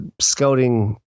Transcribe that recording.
scouting